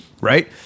right